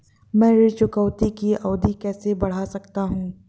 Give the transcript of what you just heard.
मैं ऋण चुकौती की अवधि कैसे बढ़ा सकता हूं?